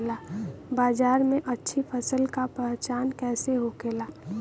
बाजार में अच्छी फसल का पहचान कैसे होखेला?